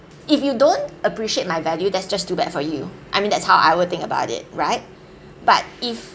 if you don't appreciate my value that's just too bad for you I mean that's how I would think about it right but if